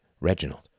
Reginald